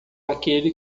aquele